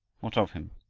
what of him?